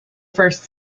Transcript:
first